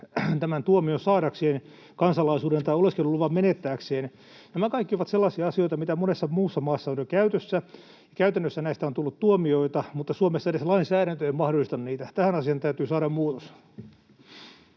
tämän tuomion saadakseen, kansalaisuuden tai oleskeluluvan menettääkseen. Nämä kaikki ovat sellaisia asioita, mitä monessa muussa maassa on jo käytössä. Käytännössä näistä on tullut tuomioita, mutta Suomessa edes lainsäädäntö ei mahdollista niitä. Tähän asiaan täytyy saada muutos.